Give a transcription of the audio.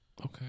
Okay